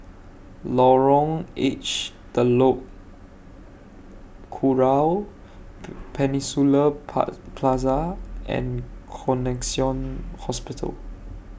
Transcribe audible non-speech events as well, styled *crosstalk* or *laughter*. Lorong H Telok Kurau *noise* Peninsula *noise* Plaza and Connexion Hospital